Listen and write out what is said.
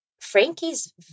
Frankie's